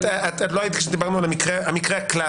את לא היית כשדיברנו על המקרה הקלאסי